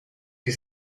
que